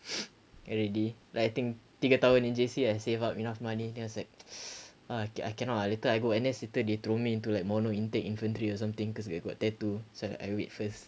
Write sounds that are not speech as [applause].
[noise] already like I think tiga tahun in J_C I saved up enough money then I was like [noise] ah I I cannot lah later I go N_S later they throw me into like mono intake infantry or something cause I got tattoo so I wait first